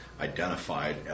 identified